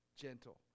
gentle